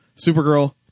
supergirl